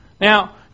Now